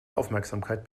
aufmerksamkeit